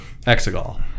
Exegol